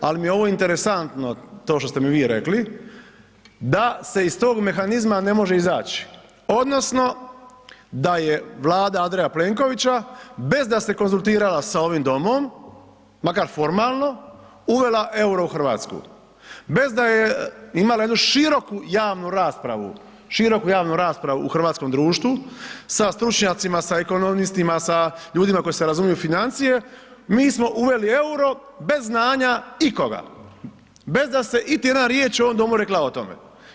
Ali mi je ovo interesantno to što ste mi vi rekli da se iz tog mehanizma ne može izaći odnosno da je Vlada Andreja Plenkovića bez da se konzultirala s ovim Domom, makar formalno uvela euro u Hrvatsku, bez da je imala jednu široku javnu raspravu, široku javnu raspravu u hrvatskom društvu sa stručnjacima, sa ekonomistima, sa ljudima koji se razumiju u financije mi smo uveli euro bez znanja ikoga, bez da se iti jedna riječ u ovom Domu rekla o tome.